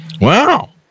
Wow